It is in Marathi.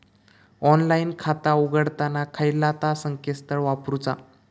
ऑनलाइन खाता उघडताना खयला ता संकेतस्थळ वापरूचा?